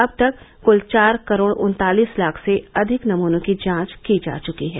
अब तक कुल चार करोड़ उन्तालीस लाख से अधिक नमूनों की जांच की जा चुकी है